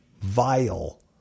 vile